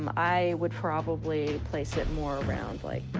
um i would probably place it more around like